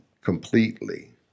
completely